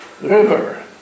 river